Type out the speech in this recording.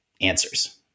answers